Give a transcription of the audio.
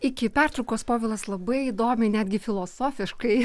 iki pertraukos povilas labai įdomiai netgi filosofiškai